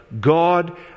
God